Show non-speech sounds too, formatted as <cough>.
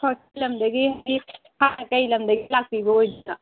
<unintelligible> ꯂꯝꯗꯒꯤ ꯍꯥꯏꯗꯤ <unintelligible> ꯀꯔꯤ ꯂꯝꯗꯒꯤ ꯂꯥꯛꯄꯤꯕ ꯑꯣꯏꯗꯣꯏꯅꯣ